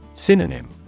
Synonym